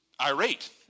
irate